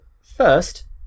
First